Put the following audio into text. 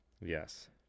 Yes